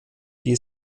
die